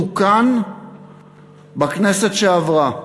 תוקן בכנסת שעברה.